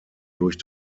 durch